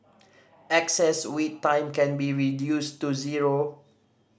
excess wait time can be reduced to zero